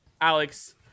Alex